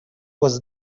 was